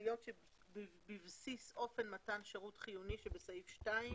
(התכליות שבבסיס אופן מתן שירות חיוני שבסעיף 2)